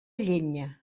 llenya